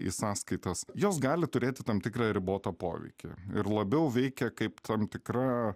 į sąskaitas jos gali turėti tam tikrą ribotą poveikį ir labiau veikia kaip tam tikra